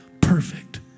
Perfect